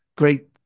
great